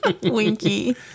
Winky